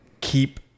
keep